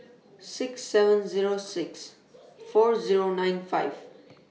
six seven Zero six four Zero nine five